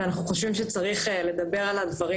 ואנחנו חושבים שצריך לדבר על הדברים